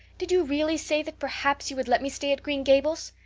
did you really say that perhaps you would let me stay at green gables?